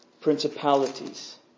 Principalities